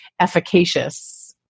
efficacious